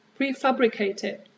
prefabricated